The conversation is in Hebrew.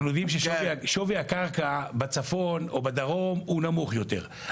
אנחנו יודעים ששווי הקרקע בצפון הוא בדרום הוא נמוך יותר,